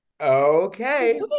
okay